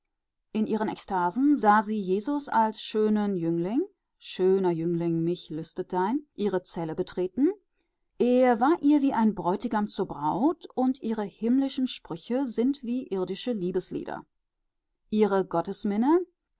in ihren ekstasen sah sie jesus als schönen jüngling schöner jüngling mich lüstet dein ihre zelle betreten er war ihr wie ein bräutigam zur braut und ihre himmlischen sprüche sind wie irdische liebeslieder ihre